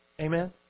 Amen